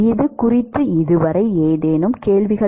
இது குறித்து இதுவரை ஏதேனும் கேள்விகள்